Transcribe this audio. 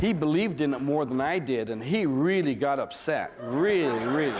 he believed in it more than i did and he really got upset real real